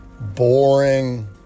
boring